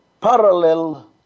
parallel